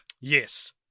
yes